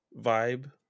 vibe